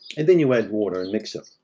and then you add water and mix it.